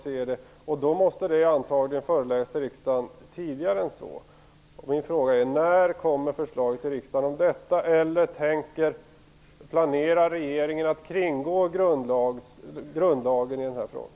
Således måste förslag föreläggas riksdagen tidigare än så. När kommer förslag till riksdagen om detta, eller planerar regeringen att kringgå grundlagen i den här frågan?